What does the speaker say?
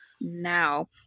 now